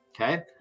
Okay